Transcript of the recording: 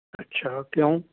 ਅੱਛਾ ਕਿਉਂ